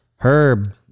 Herb